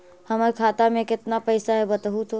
हमर खाता में केतना पैसा है बतहू तो?